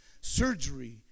Surgery